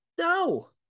no